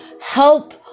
help